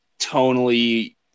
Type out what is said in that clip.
tonally